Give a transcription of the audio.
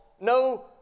no